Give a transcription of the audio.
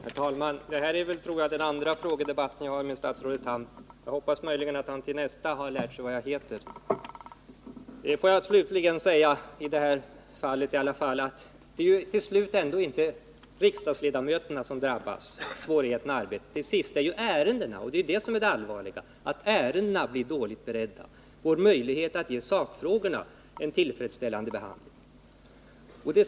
Herr talman! Detta är, tror jag, den andra frågedebatten jag har med statsrådet Tham. Jag hoppas att han till nästa debatt lärt sig vad jag heter. Får jag till slut säga att det ändå inte ytterst är riksdagsledamöterna som drabbas därför att de får svårigheter att arbeta. Det allvarliga är att ärendena blir dåligt beredda; man får inte möjlighet att ge sakfrågorna en tillfredsställande behandling.